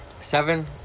seven